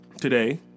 today